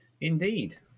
Indeed